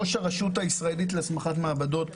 ראש הרשות הישראלית להסמכת מעבדות,